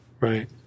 right